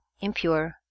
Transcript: impure